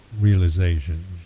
realizations